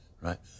right